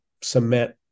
cement